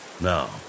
Now